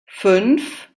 fünf